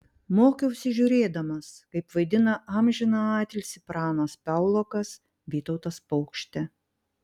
mokiausi žiūrėdamas kaip vaidina amžiną atilsį pranas piaulokas vytautas paukštė